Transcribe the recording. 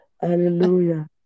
Hallelujah